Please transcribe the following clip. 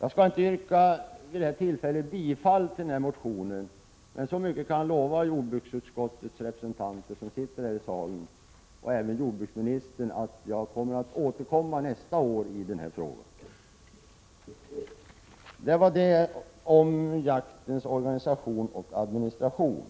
Jag skall inte vid det här tillfället yrka bifall till motionen, men så mycket kan jag lova jordbruksutskottets representanter, som sitter här i kammaren, och även jordbruksministern att jag återkommer nästa år i den här frågan. Detta gällde jaktens organisation och administration.